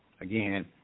again